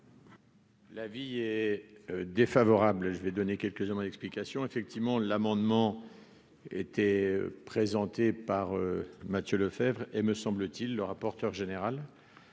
L'avis est défavorable, je vais donner quelques dans l'explication, effectivement de l'amendement était présenté par Mathieu Lefèvre et me semble-t-il, le rapporteur général